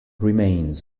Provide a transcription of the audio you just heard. remains